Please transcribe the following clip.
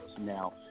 Now